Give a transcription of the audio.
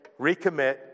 recommit